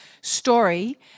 story